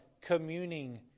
communing